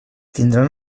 tindran